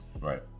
right